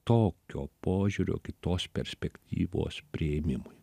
tokio požiūrio kitos perspektyvos priėmimui